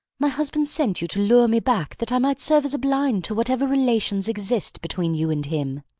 my husband sent you to lure me back that i might serve as a blind to whatever relations exist between you and him.